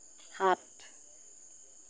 সাত